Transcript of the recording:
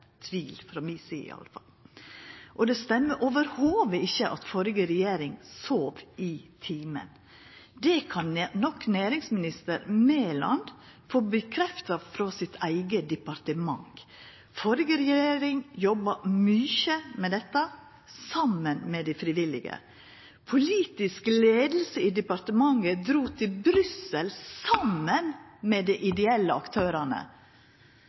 tvil – frå mi side i alle fall. Det stemmer i det heile ikkje at den førre regjeringa sov i timen. Det kan næringsminister Mæland få stadfesta frå sitt eige departement. Den førre regjeringa jobba mykje med dette saman med dei frivillige. Den politiske leiinga i departementet drog til Brussel saman med dei ideelle aktørane.